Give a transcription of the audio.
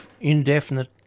indefinite